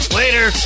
later